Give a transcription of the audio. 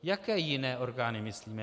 Jaké jiné orgány myslíme?